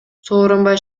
сооронбай